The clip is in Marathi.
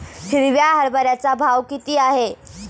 हिरव्या हरभऱ्याचा भाव किती आहे?